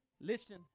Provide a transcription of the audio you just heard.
Listen